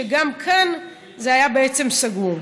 שגם כאן זה היה סגור.